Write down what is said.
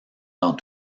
dans